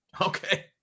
Okay